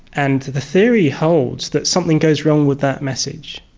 and the theory holds that something goes wrong with that message.